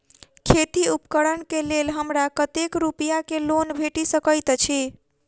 खेती उपकरण केँ लेल हमरा कतेक रूपया केँ लोन भेटि सकैत अछि?